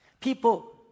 People